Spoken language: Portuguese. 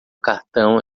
cartão